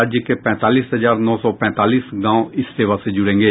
राज्य के पैंतालीस हजार नौ सौ पैंतालीस गांव इस सेवा से जुड़ेंगे